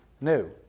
new